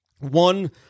One